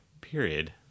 period